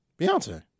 Beyonce